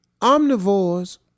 omnivores